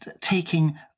taking